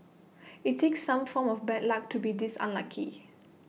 IT takes some form of bad luck to be this unlucky